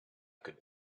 could